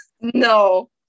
No